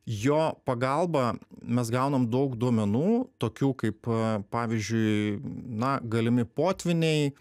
jo pagalba mes gaunam daug duomenų tokių kaip pavyzdžiui na galimi potvyniai